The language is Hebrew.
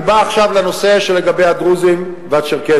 אני בא עכשיו לנושא של הדרוזים והצ'רקסים.